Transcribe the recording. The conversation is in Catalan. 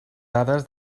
dades